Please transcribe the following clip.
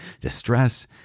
distress